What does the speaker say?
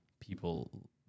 people